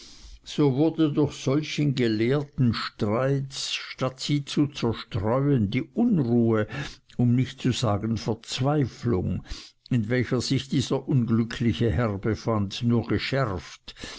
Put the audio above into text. so wurde durch solchen gelehrten streit statt sie zu zerstreuen die unruhe um nicht zu sagen verzweiflung in welcher sich dieser unglückliche herr befand nur geschärft